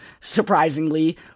surprisingly